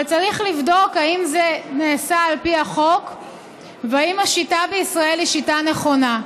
אבל צריך לבדוק אם זה נעשה על פי החוק ואם השיטה בישראל היא שיטה נכונה.